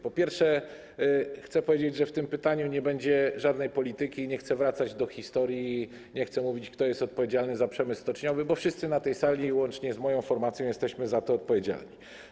Po pierwsze, chcę powiedzieć, że w tym pytaniu nie będzie żadnej polityki, nie chcę wracać do historii, nie chcę mówić, kto jest odpowiedzialny za przemysł stoczniowy, bo wszyscy na tej sali, łącznie z moją formacją, jesteśmy za to odpowiedzialni.